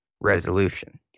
resolution